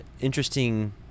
interesting